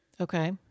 Okay